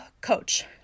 coach